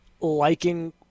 liking –